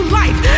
life